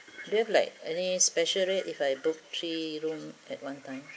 do you have like any special rate if I book three room at one time